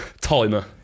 timer